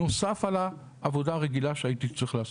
נוסף על העבודה הרגילה שהייתי צריך לעשות.